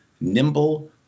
nimble